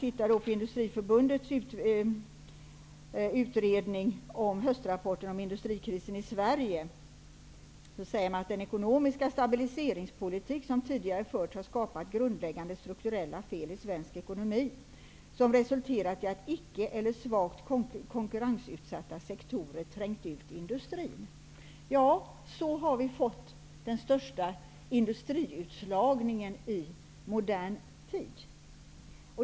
Industriförbundet skriver i sin höstrapport om industrikrisen i Sverige att den ekonomiska stabiliseringspolitik som tidigare förts har skapat grundläggande strukturella fel i svensk ekonomi, som resulterat i att icke eller svagt konkurrensutsatta sektorer trängt ut industrin. Så har vi fått den största industriutslagningen i modern tid.